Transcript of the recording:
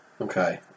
Okay